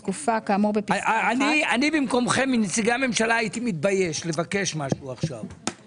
אני במקומכם מנציגי הממשלה הייתי מתבייש לבקש משהו עכשיו.